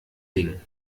ding